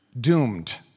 doomed